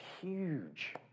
huge